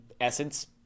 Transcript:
essence